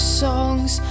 songs